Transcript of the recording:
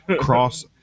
cross